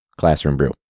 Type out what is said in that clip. classroombrew